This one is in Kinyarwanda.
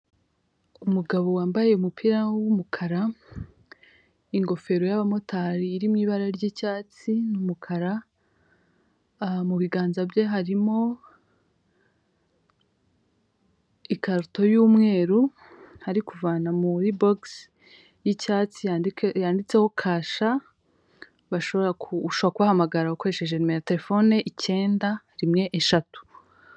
Umugabo wambaye umupira w'umukara ingofero y'abamotari iri mu ibara ry'icyatsi n'umukara mubiganza bye harimo ikarito y'umweru ari kuvana muri bogisi y'icyatsi yanditseho kasha, ushobora kubahamagara ukoresheje nimero icyenda rimwe eshatu.